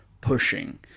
pushing